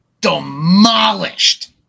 demolished